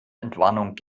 entwarnung